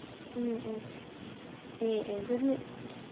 ꯎꯝ ꯎꯝ ꯑꯦ ꯑꯦ ꯑꯗꯨꯗꯤ